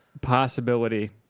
possibility